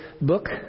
book